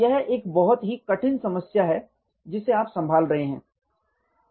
यह एक बहुत ही कठिन समस्या है जिसे आप संभाल रहे हैं